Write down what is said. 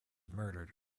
murdered